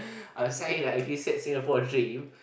I'll sign it like if you said Singapore dream